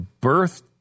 birth